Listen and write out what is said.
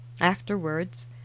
Afterwards